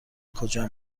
کجا